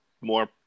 more